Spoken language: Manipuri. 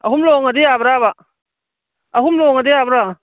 ꯑꯍꯨꯝ ꯂꯣꯡꯂꯗꯤ ꯌꯥꯕ꯭ꯔꯥꯕ ꯑꯍꯨꯝ ꯂꯣꯡꯂꯗꯤ ꯌꯥꯕ꯭ꯔꯥ